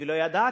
ולא ידעתי.